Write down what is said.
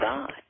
God